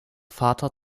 vater